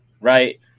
right